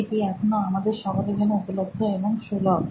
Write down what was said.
এটি এখনো আমাদের সকলের জন্য উপলব্ধ এবং সুলভ